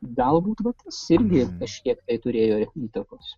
galbūt va tas irgi kažkiek tai turėjo įtakos